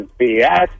BS